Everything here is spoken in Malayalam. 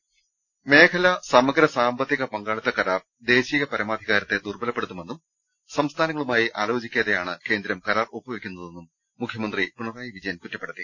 ് മേഖലാ സമഗ്ര സാമ്പത്തിക പങ്കാളിത്ത കരാർ ദേശീയ പരമാ ധികാരത്തെ ദുർബലപ്പെടുത്തുമെന്നും സംസ്ഥാനങ്ങളുമായി ആലോചിക്കാ തെയാണ് കേന്ദ്രം കരാർ ഒപ്പുവയ്ക്കുന്നതെന്നും മുഖ്യമന്ത്രി പിണറായി വിജയൻ കുറ്റപ്പെടുത്തി